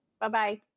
Bye-bye